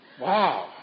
Wow